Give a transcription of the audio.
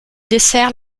dessert